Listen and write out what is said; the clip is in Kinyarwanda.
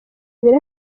abiri